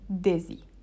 dizzy